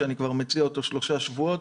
שאני מציע אותו כבר שלושה שבועות,